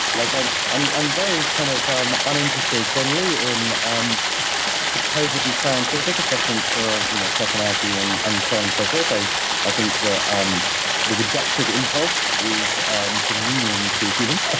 like ah i'm i'm very kind of um uninterested generally in um supposedly scientific assessments of you know personality and and so on and so forth. i i think the um the reductive impulse is demeaning to humans.